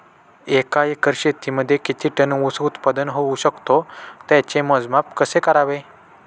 एका एकर शेतीमध्ये किती टन ऊस उत्पादन होऊ शकतो? त्याचे मोजमाप कसे करावे?